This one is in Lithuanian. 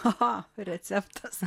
aha receptas